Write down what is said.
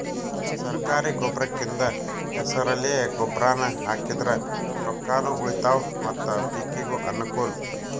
ಸರ್ಕಾರಿ ಗೊಬ್ರಕಿಂದ ಹೆಸರೆಲೆ ಗೊಬ್ರಾನಾ ಹಾಕಿದ್ರ ರೊಕ್ಕಾನು ಉಳಿತಾವ ಮತ್ತ ಪಿಕಿಗೂ ಅನ್ನಕೂಲ